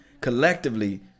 collectively